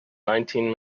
nineteen